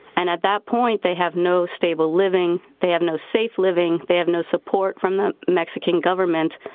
and at that point, they have no stable living, they have no safe living, they have no support from the mexican government,